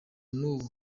n’ubu